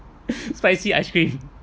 spicy ice cream